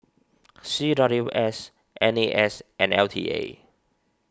C W S N A S and L T A